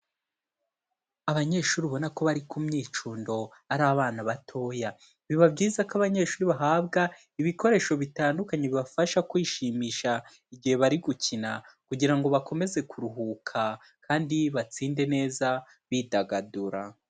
Abanyeshuri ubona ko bari ku myicundo ari abana batoya, biba byiza ko abanyeshuri bahabwa ibikoresho bitandukanye bibafasha kwishimisha igihe bari gukina kugira ngo bakomeze kuruhuka kandi batsinde neza bidagadura.